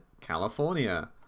California